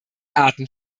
arten